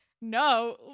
no